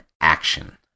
action